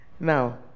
now